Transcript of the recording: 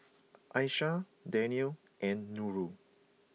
Aisyah Daniel and Nurul